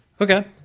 Okay